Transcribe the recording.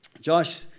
Josh